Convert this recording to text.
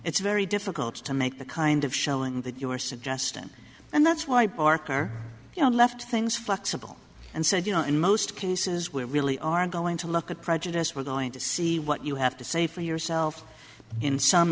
it's very difficult to make the kind of showing that you were suggesting and that's why barker you know left things flexible and said you know in most cases we really are going to look at prejudice we're going to see what you have to say for yourself in some